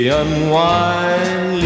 unwind